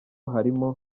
harimo